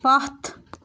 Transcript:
پتھ